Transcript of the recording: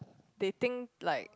they think like